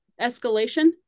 escalation